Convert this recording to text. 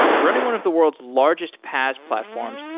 running one of the world's largest paas platforms,